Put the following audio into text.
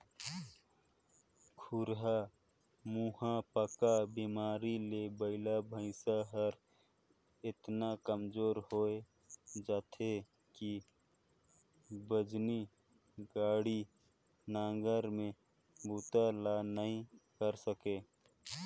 खुरहा मुहंपका बेमारी ले बइला भइसा हर एतना कमजोर होय जाथे कि बजनी गाड़ी, नांगर के बूता ल नइ करे सके